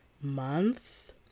month